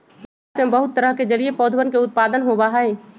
भारत में बहुत तरह के जलीय पौधवन के उत्पादन होबा हई